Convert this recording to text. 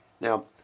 Now